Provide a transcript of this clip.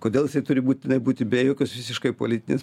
kodėl jisai turi būtinai būti be jokios visiškai politinės